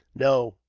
no,